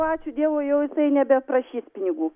ačiū dievui jau jisai nebeprašys pinigų